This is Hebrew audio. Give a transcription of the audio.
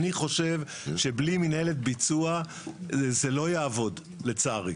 אני חושב שבלי מנהלת ביצוע, זה לא יעבוד, לצערי.